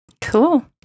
cool